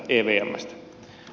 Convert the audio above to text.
stä